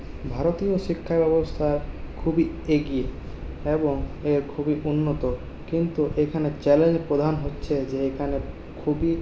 ভারতীয় শিক্ষাব্যবস্থা খুবই এগিয়ে এবং এ খুবই উন্নত কিন্তু এখানে চ্যালেঞ্জ প্রধান হচ্ছে যে এখানে খুবই